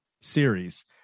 series